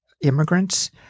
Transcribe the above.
immigrants